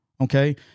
okay